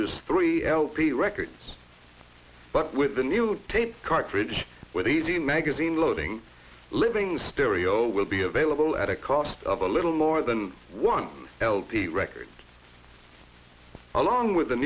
as three lp records but with a new tape cartridge with a z magazine loading living stereo will be available at a cost of a little more than one lp records along with